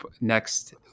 next